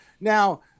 now